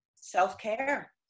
self-care